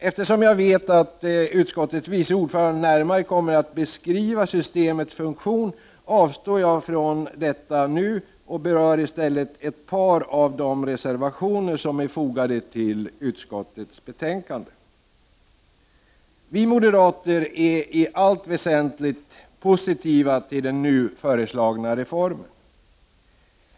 Eftersom jag vet att utskottets vice ordförande närmare kommer att beskriva systemets funktion, avstår jag från detta och berör i stället ett par av reservationerna som är fogade till utskottets betänkande. Vi moderater är i allt väsentligt positiva till den nu föreslagna reformen.